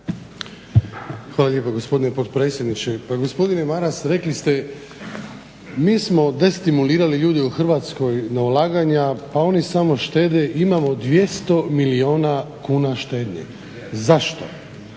Hvala lijepa gospodine potpredsjedniče. Pa gospodine Maras rekli ste mi smo destimulirali ljude u Hrvatskoj na ulaganja, a oni samo štede, imamo 200 milijuna kuna štednje. Zašto?